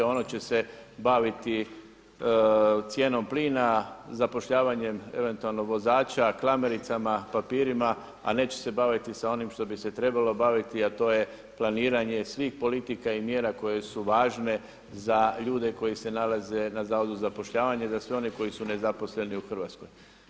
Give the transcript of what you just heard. Ono će se baviti cijenom plina, zapošljavanjem eventualno vozača klamericama, papirima, a neće se baviti sa onim što bi se trebalo baviti, a to je planiranje svih politika i mjera koje su važne za ljude koji se nalaze na Zavodu za zapošljavanje, za sve one koji su zaposleni u Hrvatskoj.